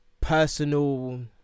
personal